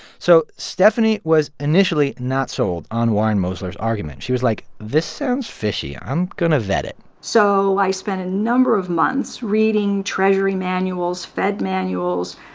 so stephanie was initially not sold on warren mosler's argument. she was like, this sounds fishy. i'm going to vet it so i spent a number of months reading treasury manuals, fed manuals,